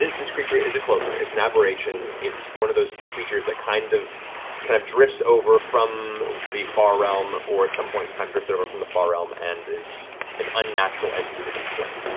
this creature is a cloaker. it's an aberration. it's one of those creatures that kind of kind of drifts over from the far realm, or at some point in time drifted over from the far realm and is an unnatural entity to this plane.